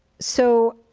so,